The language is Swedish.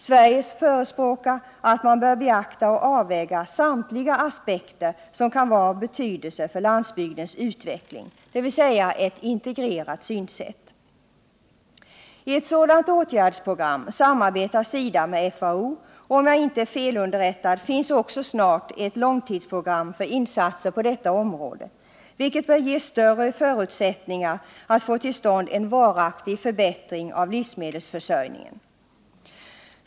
Sverige förespråkar att man bör beakta och avväga samtliga aspekter som kan vara av betydelse för landsbygdens utveckling, dvs. ett integrerat synsätt. I ett sådant åtgärdsprogram samarbetar SIDA med FAO, och om jag inte är felunderrättad finns det snart också ett långtidsprogram för insatser på detta område, vilket bör ge större förutsättningar att få till stånd en varaktig förbättring av livsmedelsförsörjningen.